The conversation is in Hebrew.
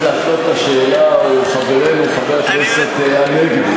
להפנות את השאלה הוא חברנו חבר הכנסת הנגבי.